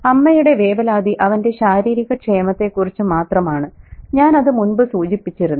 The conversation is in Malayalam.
അമ്മയുടെ വേവലാതി അവന്റെ ശാരീരിക ക്ഷേമത്തെക്കുറിച്ച് മാത്രമാണ് ഞാൻ അത് മുൻപ് സൂചിപ്പിച്ചിരുന്നു